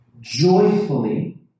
joyfully